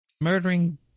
murdering